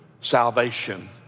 salvation